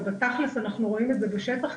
ותכלס אנחנו רואים את זה בשטח,